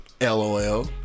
LOL